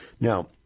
Now